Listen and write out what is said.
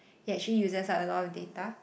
it actually uses a lot of data